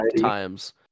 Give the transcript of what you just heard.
times